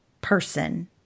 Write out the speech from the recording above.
person